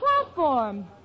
platform